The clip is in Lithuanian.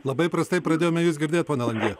labai prastai pradėjome jus girdėt pone langy